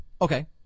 Okay